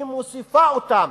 היא מוסיפה אותם.